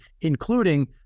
including